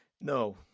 No